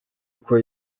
uko